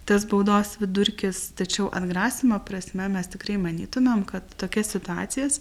tas baudos vidurkis tačiau atgrasymo prasme mes tikrai manytumėm kad tokias situacijas